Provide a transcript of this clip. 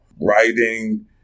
writing